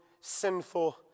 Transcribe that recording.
sinful